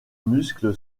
muscle